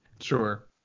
Sure